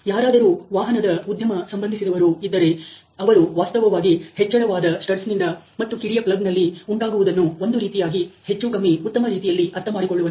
ಯಾರಾದರೂ ವಾಹನದ ಉದ್ಯಮ ಸಂಬಂಧಿಸಿದವರು ಇದ್ದರೆ ಅವರು ವಾಸ್ತವವಾಗಿ ಹೆಚ್ಚಳವಾದ ಸ್ಟಡ್ಸ್ ನಿಂದ ಮತ್ತು ಕಿಡಿಯ ಪ್ಲಗ್ ಯಲ್ಲಿ ಉಂಟಾಗುವುದನ್ನು ಒಂದು ರೀತಿಯಾಗಿ ಹೆಚ್ಚು ಕಮ್ಮಿ ಉತ್ತಮ ರೀತಿಯಲ್ಲಿ ಅರ್ಥಮಾಡಿಕೊಳ್ಳುವನು